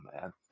man